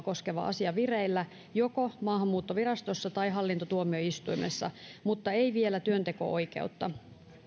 koskeva asia vireillä joko maahanmuuttovirastossa tai hallintotuomioistuimessa mutta ei vielä työnteko oikeutta